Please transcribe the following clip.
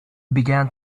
began